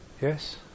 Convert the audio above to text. Yes